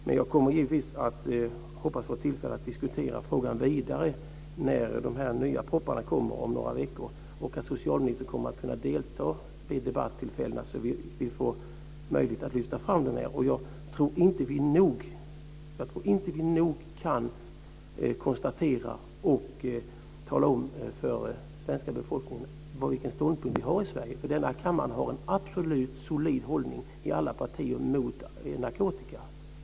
Men jag hoppas givetvis att jag kommer att få tillfälle att diskutera frågan vidare när dessa nya propositioner läggs fram om några veckor och att socialministern kommer att kunna delta vid debattillfällena, så att vi får möjlighet att lyfta fram detta. Jag tror inte att vi nog kan konstatera och tala om för den svenska befolkningen vilken ståndpunkt vi har i Sverige, att alla partier i denna kammare har en absolut solid hållning mot narkotika.